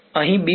અહીં બીમ